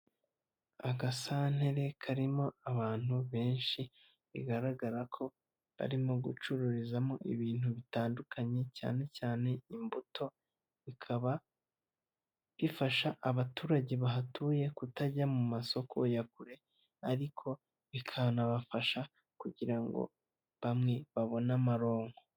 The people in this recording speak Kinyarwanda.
Agasantere karimo abantu benshi bigaragara ko barimo gucururizamo ibintu bitandukanye cyane cyane imbuto, bikaba bifasha abaturage bahatuye kutajya mu masoko ya kure ariko bikanabafasha kugira ngo bamwe babone amaronko.